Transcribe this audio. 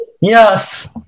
Yes